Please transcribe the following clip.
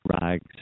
rags